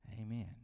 Amen